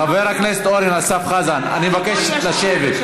חבר הכנסת אורן אסף חזן, אני מבקש לשבת.